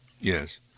Yes